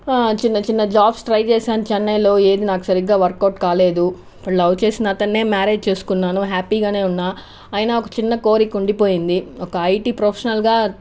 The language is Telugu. చిన్న చిన్న జాబ్స్ ట్రై చేసాను చెన్నైలో ఏది నాకు సరిగ్గా వర్కౌట్ కాలేదు ఇప్పుడు లవ్ చేసిన అతనిని మ్యారేజ్ చేసుకున్నాను హ్యాపీగా ఉన్నా అయినా ఒక చిన్న కోరిక ఉండిపోయింది ఒక ఐటీ ప్రొఫిషనల్గా